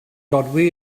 dodwy